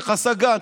איך עשה גנץ?